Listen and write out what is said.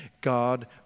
God